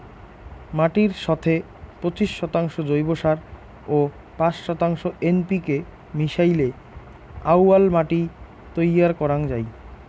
মাটির সথে পঁচিশ শতাংশ জৈব সার ও পাঁচ শতাংশ এন.পি.কে মিশাইলে আউয়াল মাটি তৈয়ার করাং যাই